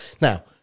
Now